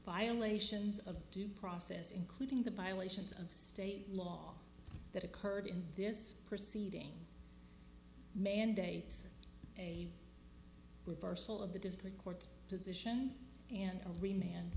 violations of due process including the violations of state law that occurred in this proceeding mandates a reversal of the district court position and